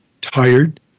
tired